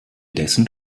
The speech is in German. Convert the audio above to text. dessen